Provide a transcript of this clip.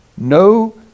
No